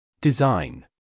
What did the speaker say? Design